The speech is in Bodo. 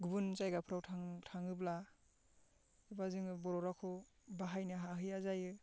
गुबुन जायगाफोराव थाङोब्ला एबा जोङो बर' रावखौ बाहायनो हाहैया जायो